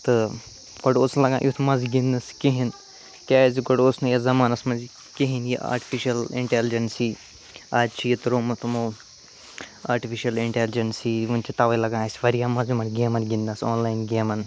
تہٕ گۄڈٕ اوس نہٕ لَگان یُتھ مَزٕ گِنٛدنَس کِہیٖنۍ کیٛازِ گۄڈٕ اوس نہٕ یَتھ زمانَس مَنٛز یہِ کِہیٖنۍ یہِ آرٹفِشَل اِنٛٹٮ۪لِجٮ۪نسی آز چھِ یہِ ترٛومُت یِمو آرٹفِشَل اِنٛٹٮ۪لِجٮ۪نسی وٕنۍ چھِ تَوَے لگان اَسہِ واریاہ مَزٕ یِمَن گیمَن گِنٛدنَس آن لایِن گیمَن